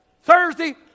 Thursday